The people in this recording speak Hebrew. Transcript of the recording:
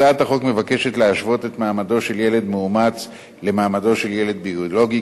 הצעת החוק מבקשת להשוות את מעמדו של ילד מאומץ למעמדו של ילד ביולוגי,